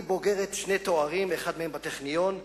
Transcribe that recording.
אני בוגרת שני תארים, אחד מהם מהטכניון.